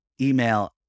email